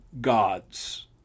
gods